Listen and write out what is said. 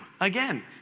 Again